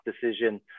decision